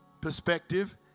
perspective